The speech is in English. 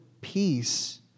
peace